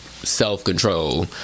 self-control